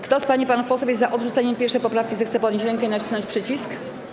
Kto z pań i panów posłów jest za odrzuceniem 1. poprawki, zechce podnieść rękę i nacisnąć przycisk.